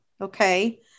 Okay